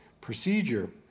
procedure